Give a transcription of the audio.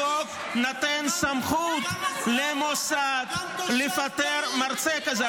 החוק נותן סמכות למוסד לפטר מרצה כזה.